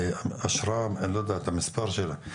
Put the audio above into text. אני לא יודע את המספר שלה,